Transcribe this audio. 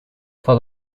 for